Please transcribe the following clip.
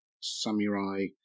Samurai